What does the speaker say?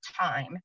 time